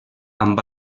amb